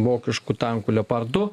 vokiškų tankų leopard du